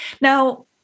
Now